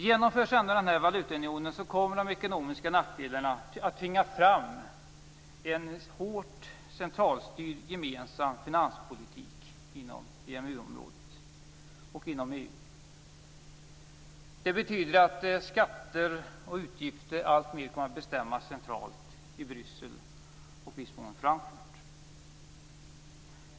Genomförs ändå valutaunionen kommer de ekonomiska nackdelarna att tvinga fram en hårt centralstyrd gemensam finanspolitik inom EMU. Det betyder att skatter och utgifter kommer att beslutas alltmer centralt i Bryssel och i viss mån i Frankfurt.